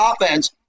offense